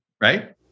right